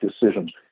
decisions